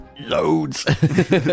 Loads